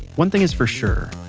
one thing is for sure,